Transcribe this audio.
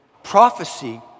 Prophecy